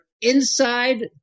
inside